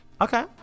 Okay